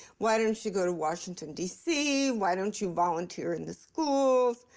why don't you go to washington, d c? why don't you volunteer in the schools?